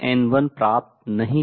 मान लीजिए कि दो स्तरीय निकाय है